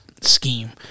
scheme